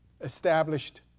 established